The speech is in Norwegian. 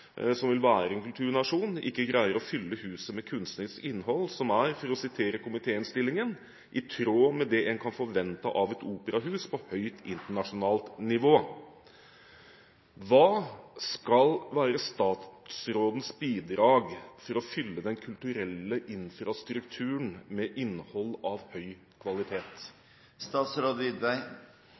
som vil være en kulturnasjon, ikke greier å fylle huset med kunstnerisk innhold som, for å sitere komitéinnstillingen: «er i tråd med det en kan forvente av et opera- og balletthus på høyt internasjonal nivå». Hva skal være statsrådens bidrag for å fylle den kulturelle infrastrukturen med innhold av høy